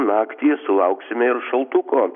naktį sulauksime ir šaltuko